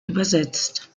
übersetzt